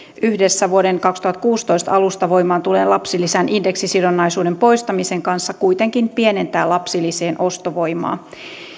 yhdessä vuoden kaksituhattakuusitoista alusta voimaan tulleen lapsilisän indeksisidonnaisuuden poistamisen kanssa kuitenkin pienentää lapsilisien ostovoimaa